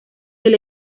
del